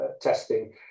testing